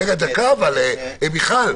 דקה, מיכל.